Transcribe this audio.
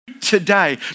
today